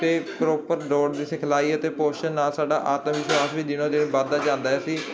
ਤੇ ਪ੍ਰੋਪਰ ਦੌੜ ਦੀ ਸਿਖਲਾਈ ਅਤੇ ਪੋਸ਼ਨ ਨਾਲ ਸਾਡਾ ਆਤਮ ਵਿਸ਼ਵਾਸ ਵੀ ਦਿਨੋ ਦਿਨ ਵੱਧਦਾ ਜਾਂਦਾ ਅਸੀਂ